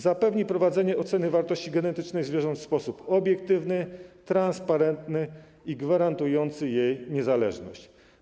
Zapewni też prowadzenie oceny wartości genetycznej zwierząt w sposób obiektywny, transparentny i gwarantujący jej niezależność.